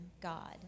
God